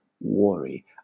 worry